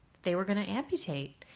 they were going to amputate.